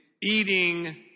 eating